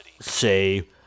say